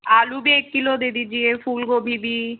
आलु भी एक किलो दे दीजिए फ़ूल गोभी भी